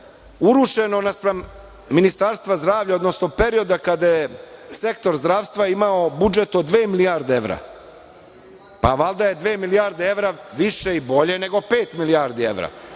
urušeno naspram Ministarstva zdravlja, odnosno perioda kada je sektor zdravstva imao budžet od dve milijarde evra. Pa valjda je dve milijarde evra više i bolje nego pet milijardi evra,